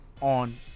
on